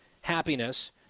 happiness